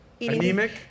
anemic